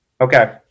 Okay